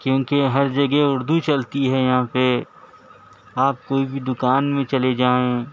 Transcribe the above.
کیونکہ ہر جگہ اردو چلتی ہے یہاں پہ آپ کوئی بھی دوکان میں چلے جائیں